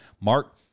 Mark